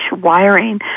wiring